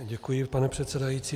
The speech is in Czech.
Děkuji, pane předsedající.